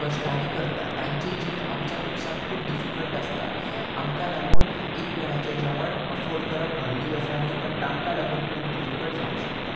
कश्टांनी करता तांची जीण आमच्या पेक्षा खूब डिफिकल्ट आसता आमकां लागून एक वेळाचें जेवण अफोर्ड करप व्हडली गजाल न्ही बट तांकां लागून खूब डिफिकल्ट जावंक शकता